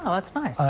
ah that's nice.